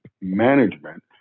management